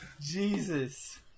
Jesus